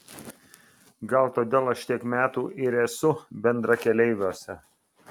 gal todėl aš tiek metų ir esu bendrakeleiviuose